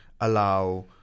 allow